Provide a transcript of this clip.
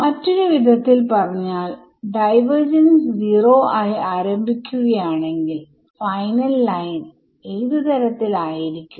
മറ്റൊരു വിധത്തിൽ പറഞ്ഞാൽഡൈവർജൻസ് 0 ആയി ആരംഭിക്കുകയാണെങ്കിൽ ഫൈനൽ ലൈൻ ഏത് തരത്തിൽ ആയിരിക്കും